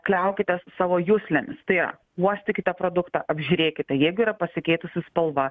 kliaukitės savo juslėmis tai yra uostykite produktą apžiūrėkite jeigu yra pasikeitusi spalva